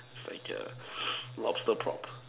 it's like a lobster prop